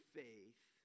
faith